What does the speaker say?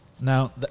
Now